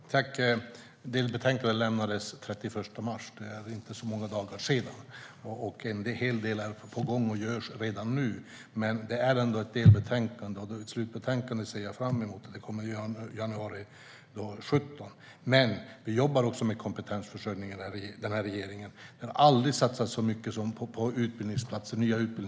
Fru talman! Delbetänkandet lämnades den 31 mars. Det är inte så många dagar sedan. En hel del är på gång och görs redan nu, men det är ändå ett delbetänkande, och jag ser fram emot slutbetänkandet som kommer i januari 2017. Regeringen jobbar också med kompetensförsörjning. Det har aldrig satsats så mycket på nya utbildningsplatser som just nu.